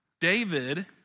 David